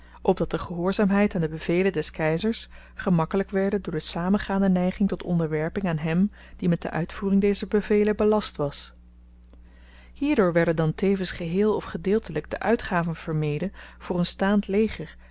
opdat de gehoorzaamheid aan de bevelen des keizers gemakkelyk werde door de samengaande neiging tot onderwerping aan hem die met de uitvoering dezer bevelen belast was hierdoor werden dan tevens geheel of gedeeltelyk de uitgaven vermeden voor een staand leger